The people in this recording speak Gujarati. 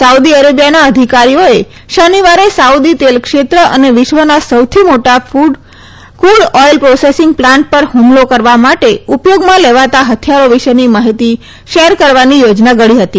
સાઉદી અરેબિયાના અધિકારીઓએ શનિવારે સાઉદી તેલ ક્ષેત્ર અને વિશ્વના સૌથી મોટા ફૂડ ઓઇલ પ્રોસેસિંગ પ્લાન્ટ પર હ્મલો કરવા માટે ઉપયોગમાં લેવાતા હથિયારો વિશેની માહિતી શેર કરવાની યોજના ઘડી હતી